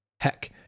Heck